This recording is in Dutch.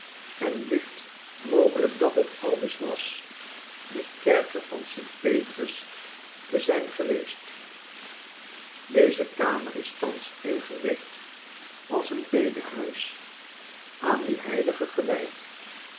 en licht mogelijk dat het aldus was de kerker van st petrus te zijn geweest deze kamer is thans ingericht als een bedehuis aan dien heiligen gewijd